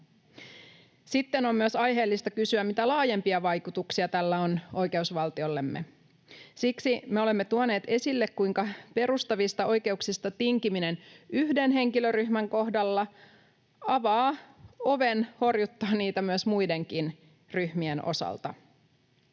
Sitten on myös aiheellista kysyä, mitä laajempia vaikutuksia tällä on oikeusvaltiollemme. Siksi me olemme tuoneet esille, kuinka perustavista oikeuksista tinkiminen yhden henkilöryhmän kohdalla avaa oven horjuttaa niitä muidenkin ryhmien osalta.